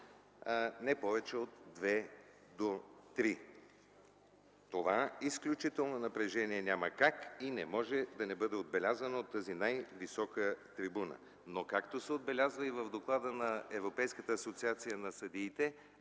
не повече от 2 до 3. Това изключително напрежение няма как и не може да не бъде отбелязано от тази най-висока трибуна, но както се отбелязва и в доклада на Европейската асоциация на съдиите,